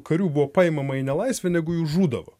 karių buvo paimama į nelaisvę negu jų žūdavo